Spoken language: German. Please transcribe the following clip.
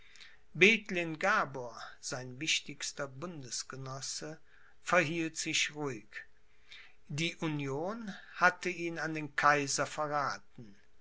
sein wichtigster bundesgenosse verhielt sich ruhig die union hatte ihn an den kaiser verraten